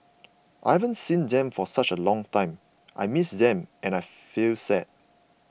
I haven't seen them for such a long time I miss them and I feel sad